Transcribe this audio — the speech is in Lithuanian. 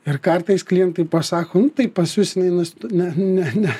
ir kartais klientai pasako nu tai pas jus jinai nus ne ne ne